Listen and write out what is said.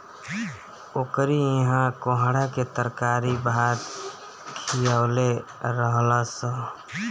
ओकरी इहा कोहड़ा के तरकारी भात खिअवले रहलअ सअ